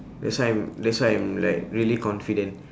that's why I'm that's why I'm like really confident